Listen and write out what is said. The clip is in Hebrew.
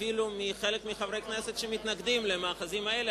אפילו מחלק מחברי הכנסת שמתנגדים למאחזים האלה